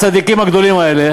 הצדיקים הגדולים האלה